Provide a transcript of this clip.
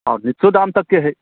आओर नीचो दाम तकके हइ